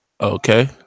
Okay